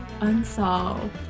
unsolved